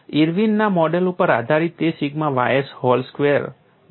ઇર્વિનના model ઉપર આધારિત તે સિગ્મા ys હોલ સ્ક્વેર દ્વારા 1 બાય pi KI છે